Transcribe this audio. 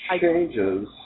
changes